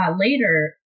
later